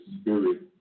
spirit